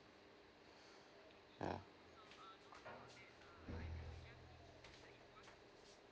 yeah